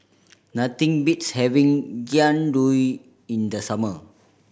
nothing beats having Jian Dui in the summer